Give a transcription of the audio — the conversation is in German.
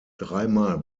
dreimal